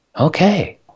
Okay